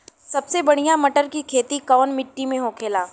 सबसे बढ़ियां मटर की खेती कवन मिट्टी में होखेला?